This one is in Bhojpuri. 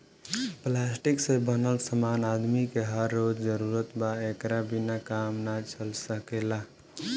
प्लास्टिक से बनल समान आदमी के हर रोज जरूरत बा एकरा बिना काम ना चल सकेला